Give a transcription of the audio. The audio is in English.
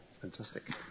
fantastic